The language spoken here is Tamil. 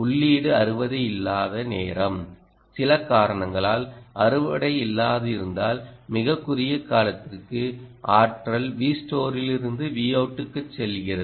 உள்ளீட்டு அறுவடை இல்லாத நேரம் சில காரணங்களால் அறுவடை இல்லாதிருந்தால் மிகக் குறுகிய காலத்திற்கு ஆற்றல் Vstore இலிருந்து Vout க்குச் செல்கிறது